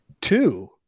Two